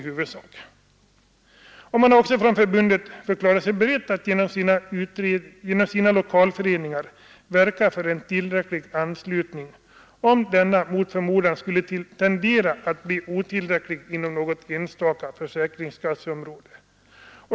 Man har också från förbundet förklarat sig beredd att genom sina lokalföreningar verka för en tillräcklig anslutning, om denna mot förmodan skulle tendera att bli otillräcklig inom något enstaka försäkringskasseområde.